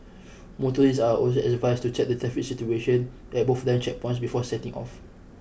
motorists are also advised to check the traffic situation at both land checkpoints before setting off